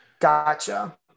gotcha